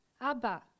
Abba